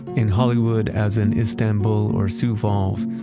in hollywood as in istanbul or sioux falls,